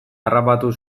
harrapatu